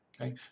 okay